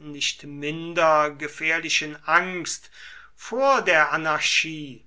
nicht minder gefährlichen angst vor der anarchie